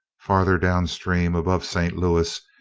farther down stream, above st. louis,